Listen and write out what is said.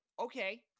okay